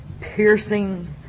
piercing